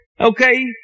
okay